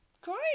Great